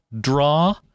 draw